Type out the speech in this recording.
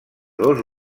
dos